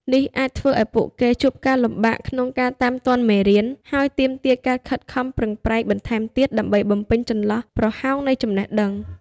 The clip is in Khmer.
នេះអាចធ្វើឲ្យពួកគេជួបការលំបាកក្នុងការតាមទាន់មេរៀន ហើយទាមទារការខិតខំប្រឹងប្រែងបន្ថែមទៀតដើម្បីបំពេញចន្លោះប្រហោងនៃចំណេះដឹង។